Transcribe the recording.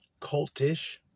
Cultish